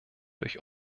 durch